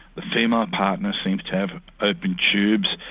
the female partner seems to have open tubes,